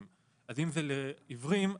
אז זה מאוד --- כן,